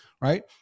right